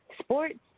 sports